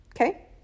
Okay